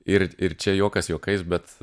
ir ir čia juokas juokais bet